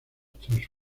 tras